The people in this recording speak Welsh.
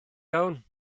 iawn